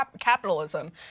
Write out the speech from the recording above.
capitalism